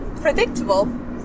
predictable